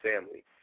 family